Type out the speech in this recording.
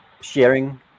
sharing